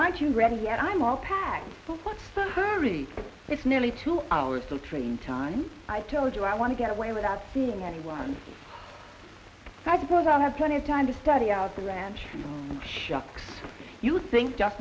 aren't you ready yet i'm all packed what's the hurry it's nearly two hours to the train time i told you i want to get away without seeing anyone i suppose i'll have plenty of time to study out the ranch shucks you think just